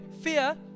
Fear